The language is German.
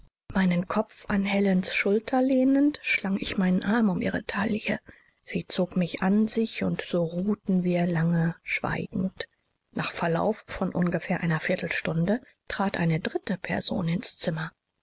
meinen kopf an helens schulter lehnend schlang ich meinen arm um ihre taille sie zog mich an sich und so ruhten wir lange schweigend nach verlauf von ungefähr einer viertelstunde trat eine dritte person ins zimmer